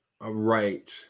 right